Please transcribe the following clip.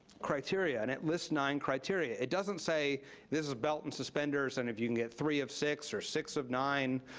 and it lists nine criteria. it doesn't say this is belt and suspenders, and if you can get three of six or six of nine,